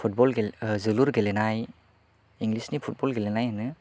football गेले जोलुर गेलेनाय इंलिसनि फुटबल गेलेनाय होनो